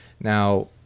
Now